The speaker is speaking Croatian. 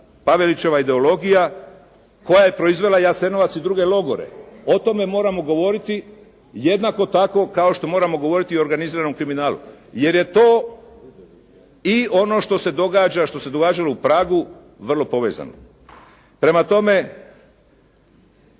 Pavelićeva ideologija koja je proizvela Jasenovac i druge logore. O tome moramo govoriti jednako tako kao što moramo govoriti o organiziranom kriminalu jer je to i ono što se događa, što se događalo u Pragu vrlo povezano. Prema tome